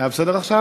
היה בסדר עכשיו?